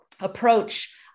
approach